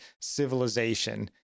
civilization